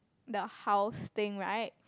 the house thing right